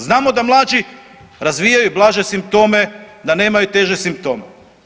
Znamo da mlađi razvijaju blaže simptome, da nemaju teže simptome.